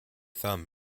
thumb